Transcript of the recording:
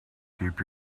keep